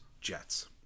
Jets